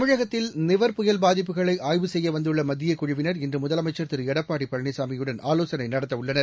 தமிழகத்தில் நிவர் புயல் பாதிப்புகளை ஆய்வு செய்ய வந்துள்ள மத்தியக்குழுவினர் இன்று முதலமைச்சர் திரு எடப்பாடி பழனிசாமியுடன் ஆலோசனை நடத்த உள் ளனர்